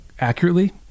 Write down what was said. accurately